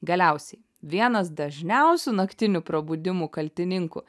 galiausiai vienas dažniausių naktinių prabudimų kaltininkų